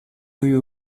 you